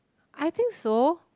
I think so